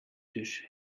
dus